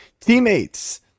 teammates